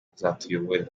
azatuyobore